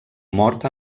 mort